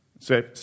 Say